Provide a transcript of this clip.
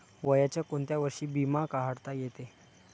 वयाच्या कोंत्या वर्षी बिमा काढता येते?